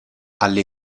alle